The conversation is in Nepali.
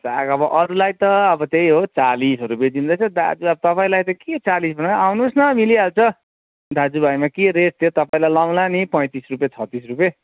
साग अब अरूलाई त अब त्यही हो अब चालिसहरू बेचिँदैछ दाजु अब तपाईँलाई त के चालिसमा आउनुहोस् न मिलिहाल्छ दाजु भाइमा के रेट सेट तपाईँलाई लाउँला नि पैँतिस रुपियाँ छत्तिस रुपियाँ